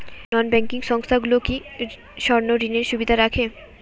নন banking সংস্থাগুলো কি স্বর্ণঋণের সুবিধা রাখে?